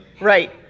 right